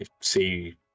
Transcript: see